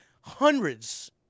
hundreds